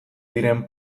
diren